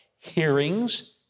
hearings